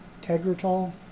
Tegretol